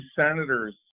senators